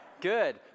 Good